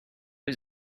was